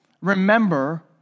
remember